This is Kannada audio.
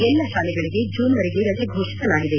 ಎಲ್ಲ ತಾಲೆಗಳಿಗೆ ಜೂನ್ ವರೆಗೆ ರಜೆ ಘೋಷಿಸಲಾಗಿದೆ